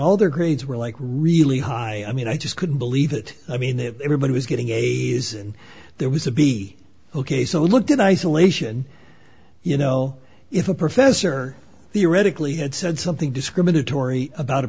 their grades were like really high i mean i just couldn't believe it i mean everybody was getting a's and there was a b ok so i looked in isolation you know if a professor theoretically had said something discriminatory about a